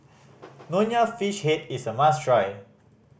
Nonya Fish Head is a must try